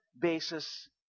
basis